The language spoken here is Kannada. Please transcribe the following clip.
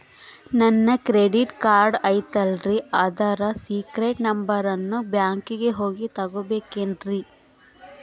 ನನ್ನ ಕ್ರೆಡಿಟ್ ಕಾರ್ಡ್ ಐತಲ್ರೇ ಅದರ ಸೇಕ್ರೇಟ್ ನಂಬರನ್ನು ಬ್ಯಾಂಕಿಗೆ ಹೋಗಿ ತಗೋಬೇಕಿನ್ರಿ?